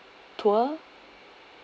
tour